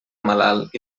malalt